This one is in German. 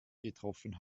getroffen